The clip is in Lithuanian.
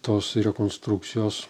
tos rekonstrukcijos